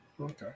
Okay